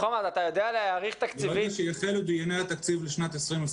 ברגע שיחלו דיוני התקציב לשנת 2021,